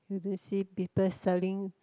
you don't see people selling